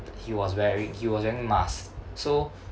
he was wearing he was wearing mask so